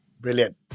Brilliant